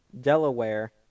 Delaware